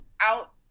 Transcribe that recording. out